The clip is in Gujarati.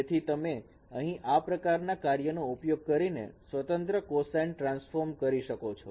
તેથી તમે અહીં આ પ્રકારના કાર્ય નો ઉપયોગ કરીને સ્વતંત્ર કોસાઈન ટ્રાન્સફોર્મ કરી શકો છો